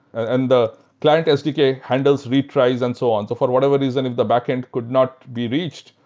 and the client sdk handle retries and so on. so for whatever reason, if the backend could not be reached,